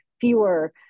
fewer